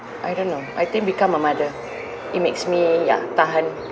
I don't know I think become a mother it makes me ya tahan